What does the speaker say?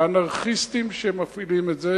האנרכיסטים שמפעילים את זה